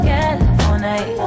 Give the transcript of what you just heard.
California